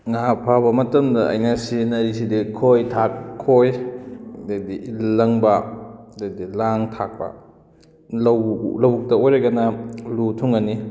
ꯉꯥ ꯐꯥꯕ ꯃꯇꯝꯗ ꯑꯩꯅ ꯁꯤꯖꯤꯟꯅꯔꯤꯁꯤꯗꯤ ꯈꯣꯏ ꯈꯣꯏ ꯑꯗꯨꯗꯩꯗꯤ ꯏꯜ ꯂꯪꯕ ꯑꯗꯨꯗꯩꯗꯤ ꯂꯥꯡ ꯊꯥꯛꯄ ꯂꯧꯕꯨꯛꯇ ꯑꯣꯏꯔꯒꯅ ꯂꯨ ꯊꯨꯝꯒꯅꯤ